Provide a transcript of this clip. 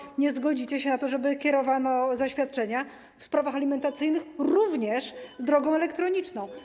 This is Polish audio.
Dlaczego nie zgodzicie się na to, żeby kierowano zaświadczenia w sprawach alimentacyjnych również drogą elektroniczną?